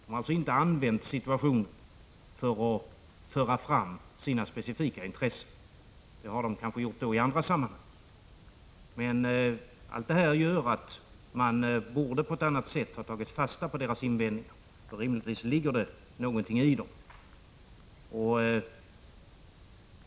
Personalen har inte använt situationen för att föra fram sina specifika intressen. Detta har den kanske gjort i andra sammanhang. Men allt detta gör att man på ett annat sätt borde ha tagit fasta på personalens invändningar. Rimligtvis ligger det någonting i dem.